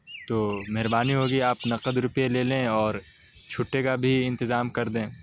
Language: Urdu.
تو مہربانی ہوگی آپ نقد روپئے لے لیں اور چھٹے کا بھی انتظام کر دیں